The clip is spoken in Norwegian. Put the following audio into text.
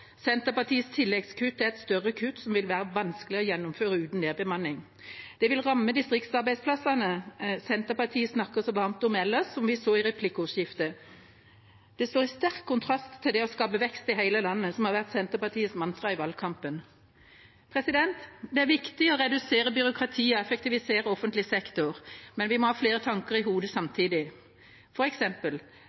Senterpartiets tilleggskutt er et større kutt som vil være vanskelig å gjennomføre uten nedbemanning. Det vil ramme distriktsarbeidsplassene, som Senterpartiet snakker så varmt om ellers, som vi så i replikkordskiftet. Det står i sterk kontrast til det å skape vekst i hele landet, som har vært Senterpartiets mantra i valgkampen. Det er viktig å redusere byråkratiet og effektivisere offentlig sektor, men vi må ha flere tanker i hodet samtidig,